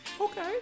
Okay